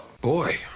Boy